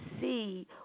see